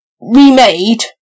remade